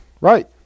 right